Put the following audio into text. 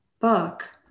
book